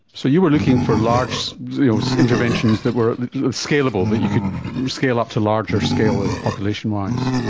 so you were looking for large interventions that were scalable, that you could scale up to larger-scale ah population wise.